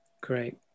great